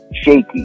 shaky